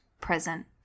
present